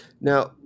Now